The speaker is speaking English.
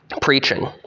preaching